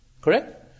Correct